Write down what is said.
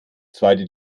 zweite